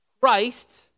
Christ